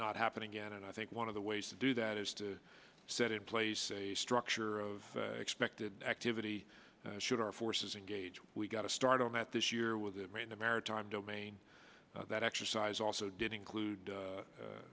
not happen again and i think one of the ways to do that is to set in place a structure of expected activity should our forces engage we got a start on that this year with the maritime domain that exercise also did include